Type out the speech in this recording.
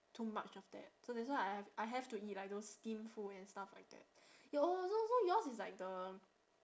too much of that so that's why I have I have to eat like those steam food and stuff like that your oh so so yours is like the